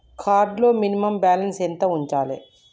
Card లో minimum balance ఎంత ఉంచాలే?